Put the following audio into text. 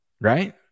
Right